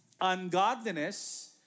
ungodliness